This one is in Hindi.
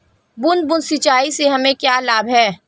बूंद बूंद सिंचाई से हमें क्या लाभ है?